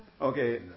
Okay